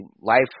life